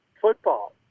football